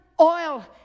oil